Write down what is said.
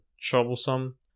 troublesome